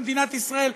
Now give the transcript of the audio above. במדינת ישראל,